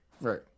Right